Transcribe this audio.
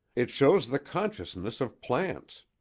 it shows the consciousness of plants.